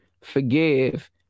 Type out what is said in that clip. forgive